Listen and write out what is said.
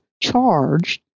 charged